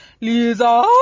Lisa